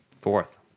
Fourth